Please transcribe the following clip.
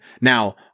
now